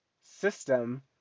system